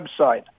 website